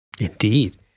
Indeed